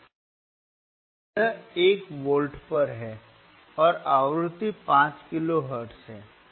अब यह 1 वोल्ट पर है और आवृत्ति 5 किलोहर्ट्ज़ है